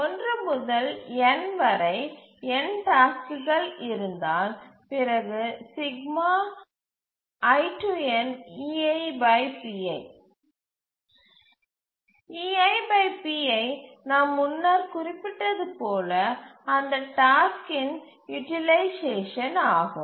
1 முதல் n வரை n டாஸ்க்குகள் இருந்தால் பிறகு நாம் முன்னர் குறிப்பிட்டது போல அந்த டாஸ்க்கின் யூட்டிலைசேஷன் ஆகும்